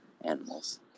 animals